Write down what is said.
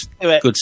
good